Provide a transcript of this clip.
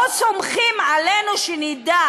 לא סומכים עלינו שנדע